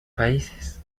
países